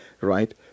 right